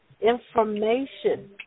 information